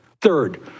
Third